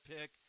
pick